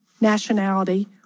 nationality